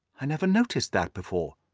i never noticed that before.